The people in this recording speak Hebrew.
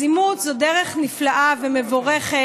אז אימוץ זאת דרך נפלאה ומבורכת